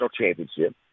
championship